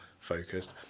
focused